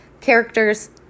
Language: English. Characters